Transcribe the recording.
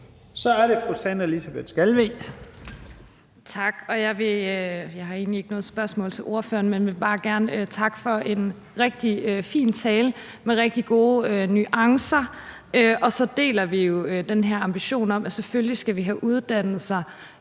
Kl. 17:56 Sandra Elisabeth Skalvig (LA): Tak. Jeg har egentlig ikke noget spørgsmål til ordføreren, men vil bare gerne takke for en rigtig fin tale med rigtig gode nuancer. Og så deler vi jo den her ambition om, at selvfølgelig skal vi have uddannelser